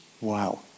Wow